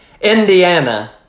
Indiana